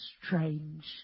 strange